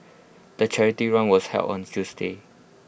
the charity run was held on A Tuesday